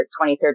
23rd